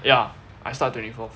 yeah I start twenty fourth